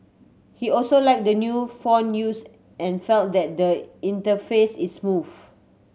he also liked the new font used and felt that the interface is smooth